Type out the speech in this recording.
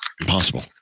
impossible